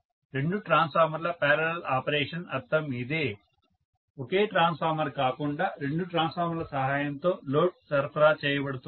రెండు ట్రాన్స్ఫార్మర్ల parallel operation అర్థం ఇదే ఒకే ట్రాన్స్ఫార్మర్ కాకుండా రెండు ట్రాన్స్ఫార్మర్ల సహాయంతో లోడ్ సరఫరా చేయబడుతోంది